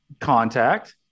contact